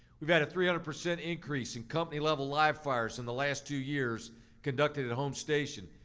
we've had a three hundred percent increase in company-level live-fires in the last two years conducted at home station.